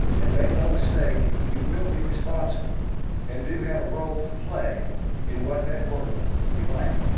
and make no mistake, you will be responsible and do have a role to play in what that world will be like.